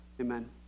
amen